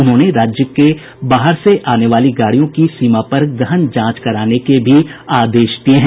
उन्होंने राज्य के बाहर से आने वाली गाड़ियों की सीमा पर गहन जांच कराने के भी आदेश दिये हैं